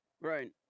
Right